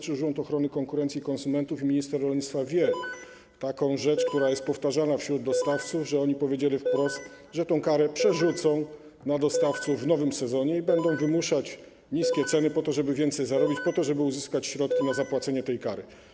Czy Urząd Ochrony Konkurencji i Konsumentów i minister rolnictwa wiedzą o informacji, która jest powtarzana wśród dostawców, że oni powiedzieli wprost, że tę karę przerzucą na dostawców w nowym sezonie i będą wymuszać niskie ceny - po to, żeby więcej zarobić, żeby uzyskać środki na zapłacenie tej kary.